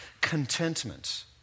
Contentment